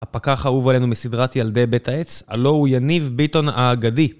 הפקח האהוב עלינו מסדרת ילדי בית העץ, הלו הוא יניב ביטון האגדי.